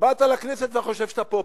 שבאת לכנסת ואתה חושב שאתה פופאי.